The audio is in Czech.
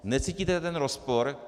Necítíte ten rozpor?